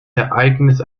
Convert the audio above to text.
ereignis